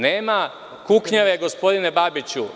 Nema kuknjave, gospodine Babiću.